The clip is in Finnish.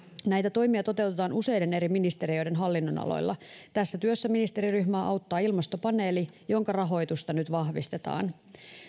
näitä toimia toteutetaan useiden eri ministeriöiden hallinnonaloilla tässä työssä ministeriryhmää auttaa ilmastopaneeli jonka rahoitusta nyt vahvistetaan